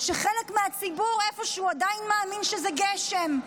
שחלק מהציבור עדיין מאמין שזה גשם.